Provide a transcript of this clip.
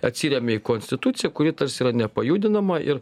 atsiremia į konstituciją kuri tarsi yra nepajudinama ir